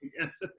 Yes